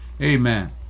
amen